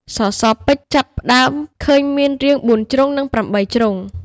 សសរពេជ្រចាប់ផ្ដើមឃើញមានរាង៤ ជ្រុង និង ៨ ជ្រុង។